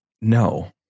No